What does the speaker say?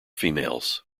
females